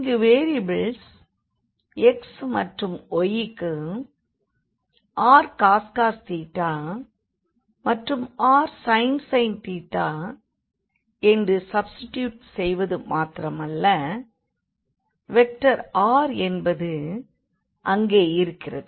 இங்கு variables x மற்றும் yக்கு rcos மற்றும் rsin என்று சப்ஸ்டிடியுட் செய்வது மாத்திரமல்ல வெக்டர் r என்பது அங்கே இருக்கிறது